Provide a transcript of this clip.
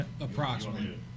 Approximately